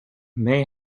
may